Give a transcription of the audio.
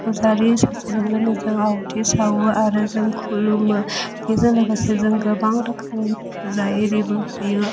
फुजारि सासे लेंनानै जों आवाथि सावो आरो जों खुलुमो बेजों लोगोसे जों गोबां रोखोमनि फुजा एरिबो होयो